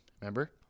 Remember